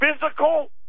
physical